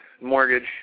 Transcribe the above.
mortgage